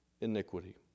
iniquity